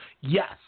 Yes